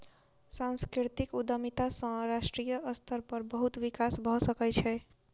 सांस्कृतिक उद्यमिता सॅ राष्ट्रीय स्तर पर बहुत विकास भ सकै छै